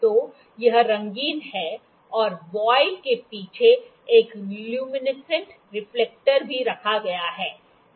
तो यह रंगीन है और वॉयल के पीछे एक ल्यूमिनसेंट रिफ्लेक्टर भी रखा गया है